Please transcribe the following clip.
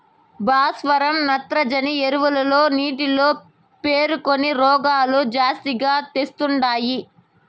భాస్వరం నత్రజని ఎరువులు నీటిలో పేరుకొని రోగాలు జాస్తిగా తెస్తండాయి